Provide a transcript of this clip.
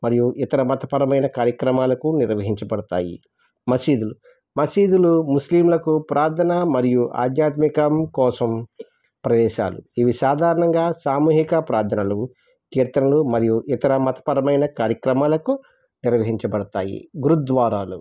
మరియు ఇతర మతపరమైన కార్యక్రమాలకు నిర్వహించబడతాయి మసీదులు మసీదులు ముస్లింలకు ప్రార్ధన మరియు ఆధ్యాత్మికత కోసం ప్రదేశాలు ఇవి సాధారణంగా సామూహిక ప్రార్ధనలు కీర్తనలు మరియు ఇతర మతపరమైన కార్యక్రమాలకు నిర్వహించబడతాయి గురుద్వారాలు